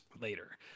Later